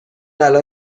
الان